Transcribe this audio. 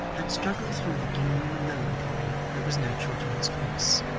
had struggled through the gloom and melancholy that was natural to his face,